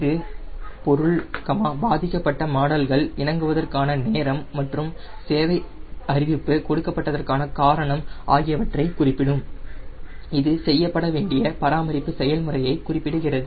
இது பொருள் பாதிக்கப்பட்ட மாடல்கள் இணங்குவதற்கான நேரம் மற்றும் சேவை அறிவிப்பு கொடுக்கப்பட்டதற்கான காரணம் ஆகியவற்றை குறிப்பிடும் இது செய்யப்பட வேண்டிய பராமரிப்பு செயல்முறையை குறிப்பிடுகிறது